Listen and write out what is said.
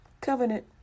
Covenant